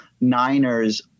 Niners